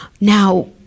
now